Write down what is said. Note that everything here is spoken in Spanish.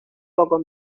poco